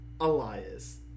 Elias